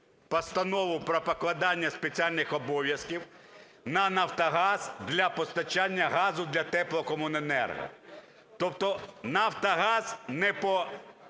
Постанову про покладання спеціальних обов'язків на "Нафтогаз" для постачання газу для теплокомуненерго. Тобто "Нафтогаз" не по